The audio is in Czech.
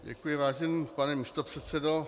Děkuji, vážený pane místopředsedo.